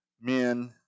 men